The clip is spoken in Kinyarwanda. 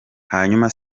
hanyuma